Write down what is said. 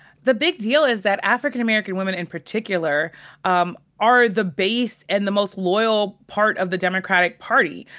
the big deal is that, african american women in particular um are the base and the most loyal part of the democratic party.